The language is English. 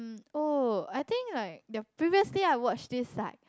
um oh I think like the previously I watched this like